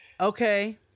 Okay